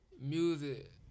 music